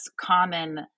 common